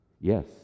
Yes